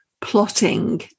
plotting